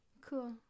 Cool